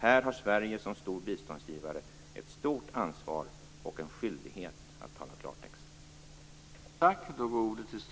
Här har Sverige som stor biståndsgivare ett stort ansvar och en skyldighet att tala klartext.